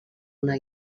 una